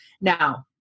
Now